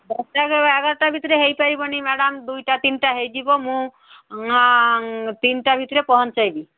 ଦଶଟା ବାରଟା ଭିତରେ ହେଇପାରିବନି ମ୍ୟାଡ଼ାମ୍ ଦୁଇଟା ତିନିଟା ହେଇଯିବ ମୁଁ ତିନିଟା ଭିତରେ ପହଞ୍ଚାଇ ବି